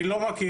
אני לא מכיר,